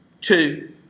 Two